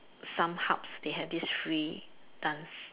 some hubs they have this free dance